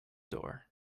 door